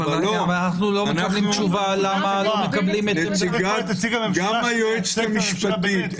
אבל אנחנו לא מקבלים תשובה למה לא מקבלים את --- גם היועצת המשפטית,